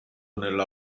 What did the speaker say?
nella